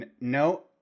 no